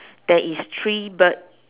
there is three bird